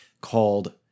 called